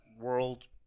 world